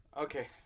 Okay